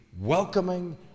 welcoming